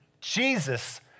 Jesus